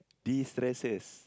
destresses